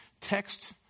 text